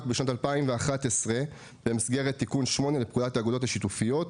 בשנת 2011 במסגרת תיקון 8 לפקודת האגודות השיתופיות,